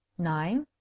nine.